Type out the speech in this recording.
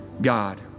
God